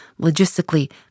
Logistically